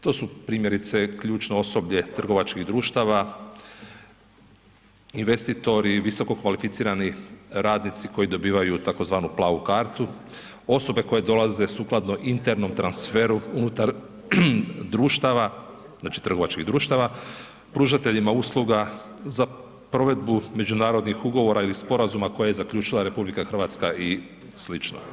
To su primjerice, ključno osoblje trgovačkih društava, investitori, visokokvalificirani radnici koji dobivaju tzv. plavu kartu, osobe koje dolaze sukladno internom transferu unutar društava, znači trgovačkih društava, pružateljima usluga za provedbu međunarodnih ugovora ili sporazuma koja je zaključila RH i sl.